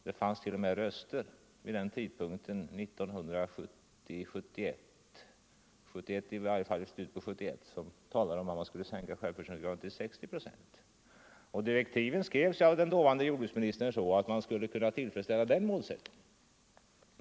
Det fanns t.o.m. röster vid den tidpunkten, omkring slutet av 1971, som talade för att man skulle sänka självförsörjningsgraden till 60 procent. Och direktiven skrevs av den dåvarande jordbruksministern på ett sådant sätt att utredningen skulle kunna tillgodose den målsättningen.